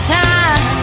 time